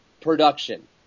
production